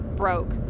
Broke